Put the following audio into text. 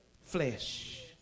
flesh